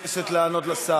היא מבקשת לענות לשר.